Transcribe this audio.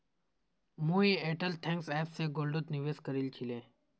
मुई Airtel thanks app स गोल्डत निवेश करील छिले